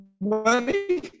money